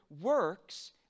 works